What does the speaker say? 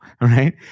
right